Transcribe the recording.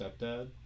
stepdad